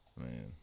man